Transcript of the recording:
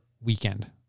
Weekend